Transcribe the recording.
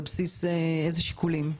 על בסיס איזה שיקולים?